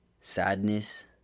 Sadness